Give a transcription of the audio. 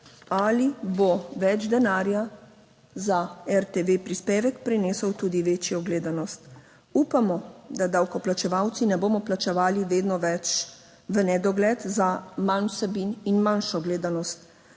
ali bo več denarja za RTV prispevek prinesel tudi večjo gledanost? Upamo, da davkoplačevalci ne bomo plačevali vedno več v nedogled za manj vsebin in manjšo gledanost.